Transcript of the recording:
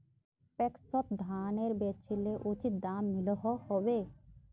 पैक्सोत धानेर बेचले उचित दाम मिलोहो होबे?